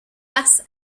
face